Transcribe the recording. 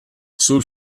sul